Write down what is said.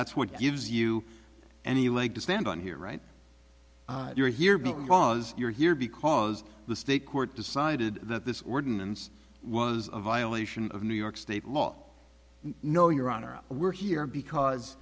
that's what gives you any leg to stand on here right you're here because you're here by because the state court decided that this ordinance was a violation of new york state law no your honor we're here because